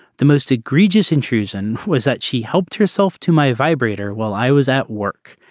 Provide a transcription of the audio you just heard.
the most egregious intrusion was that she helped herself to my vibrator while i was at work.